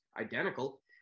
identical